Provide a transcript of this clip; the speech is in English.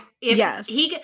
Yes